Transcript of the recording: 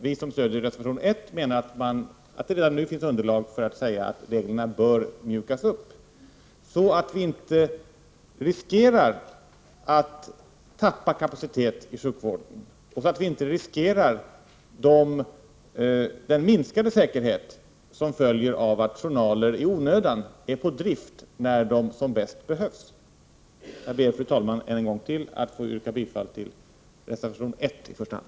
Vi som stödjer reservation 1 menar att det redan nu finns underlag för att säga att reglerna bör mjukas upp, så att vi inte riskerar att tappa kapacitet i sjukvården och inte riskerar den minskade säkerhet som följer av att journaler i onödan är på drift när de som bäst behövs. Jag ber, fru talman, att än en gång få yrka bifall till reservation 1 i första hand.